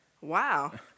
wow